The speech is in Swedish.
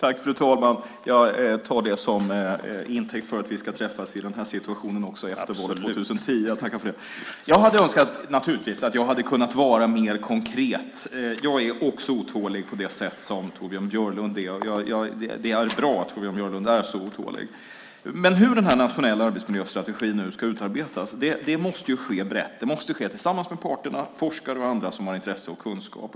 Fru talman! Jag tar det som intäkt för att vi ska träffas i den här situationen också efter valet år 2010. Jag tackar för det. Jag hade önskat att jag hade kunnat vara mer konkret. Jag är också otålig på det sätt som Torbjörn Björlund är. Jag tror att det är bra att Björlund är så otålig. Hur den nationella arbetsmiljöstrategin ska utarbetas måste bestämmas tillsammans med parterna, forskare och andra som har intresse och kunskap.